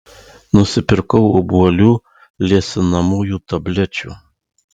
nusipirkau obuolių liesinamųjų tablečių